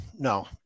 No